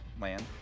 land